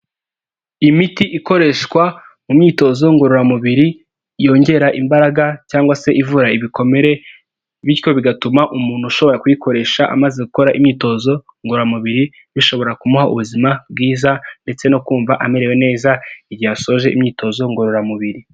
Imiti ikoreshwa mu myitozo ngororamubiri yongera imbaraga cyangwa se ivura ibikomere bityo bigatuma umuntu ashobora kuyikoresha amaze gukora imyitozo ngororamubiri bishobora kumuha ubuzima bwiza ndetse no kumva amerewe neza igihe asoje imyitozo ngororamubiri.